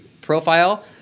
profile